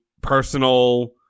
personal